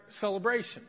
celebration